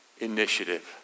initiative